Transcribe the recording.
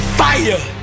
fire